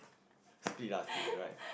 split ah split right